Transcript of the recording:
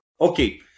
Okay